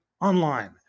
online